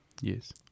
yes